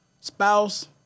spouse